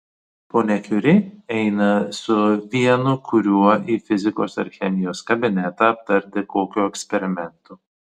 ponia kiuri eina su vienu kuriuo į fizikos ar chemijos kabinetą aptarti kokio eksperimento